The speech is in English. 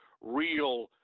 real